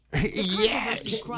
yes